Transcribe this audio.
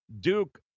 Duke